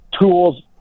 tools